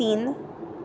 तीन